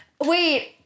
Wait